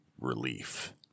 relief